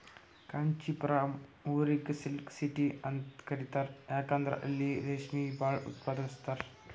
ಕಾಂಚಿಪುರಂ ಊರಿಗ್ silk city ಅಂತ್ ಕರಿತಾರ್ ಯಾಕಂದ್ರ್ ಇಲ್ಲಿ ರೇಶ್ಮಿ ಭಾಳ್ ಉತ್ಪಾದಸ್ತರ್